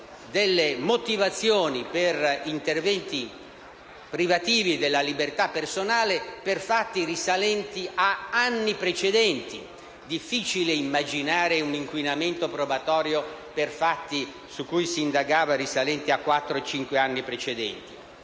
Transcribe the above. alcune motivazioni per interventi privativi della libertà personale per fatti risalenti ad anni precedenti. Difficile immaginare un inquinamento probatorio per fatti su cui si indagava, risalenti a quattro o cinque anni precedenti;